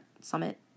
summit